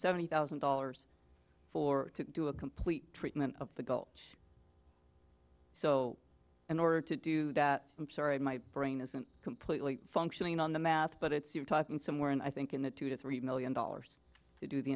seventy thousand dollars for to do a complete treatment of the gulch so in order to do that i'm sorry my brain isn't completely functioning on the math but it's you're talking somewhere and i think in the two to three million dollars to do the